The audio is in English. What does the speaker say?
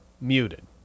muted